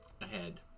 ahead